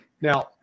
Now